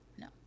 No